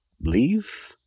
leave